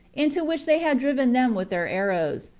into which they had driven them with their arrows,